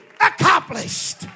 accomplished